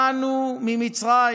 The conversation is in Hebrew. באנו ממצרים.